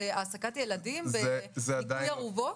להעסקת ילדים בניקוי ארובות?